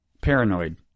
Paranoid